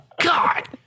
God